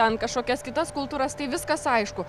ten kažkokias kitas kultūras tai viskas aišku